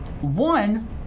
one